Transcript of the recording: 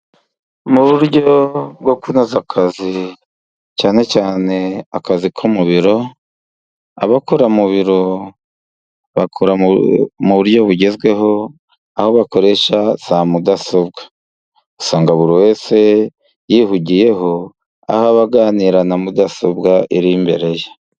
Mu buryo bwo kunoza akazi cyane cyane akazi ko mu biro abakora mu biro bakora mu buryo bugezweho ,aho bakoresha za mudasobwa, usanga buri wese yihugiyeho aho aba aganira na mudasobwa iri imbere ye.